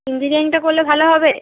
ইঞ্জিনিয়ারিংটা করলে ভালো হবে